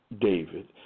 David